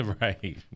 right